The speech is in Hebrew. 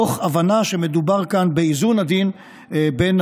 תוך הבנה שמדובר כאן באיזון עדין בין